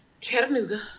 Chattanooga